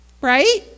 Right